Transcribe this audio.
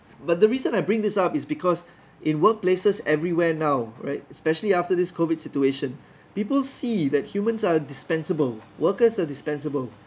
but the reason I bring this up is because in workplaces everywhere now right especially after this COVID situation people see that humans are dispensable workers are dispensable